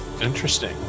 Interesting